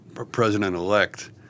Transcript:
President-elect